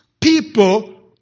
people